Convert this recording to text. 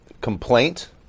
complaint